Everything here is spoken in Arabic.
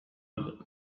قلب